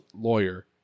lawyer